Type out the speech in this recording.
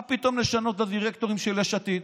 מה פתאום לשנות את הדירקטורים של יש עתיד?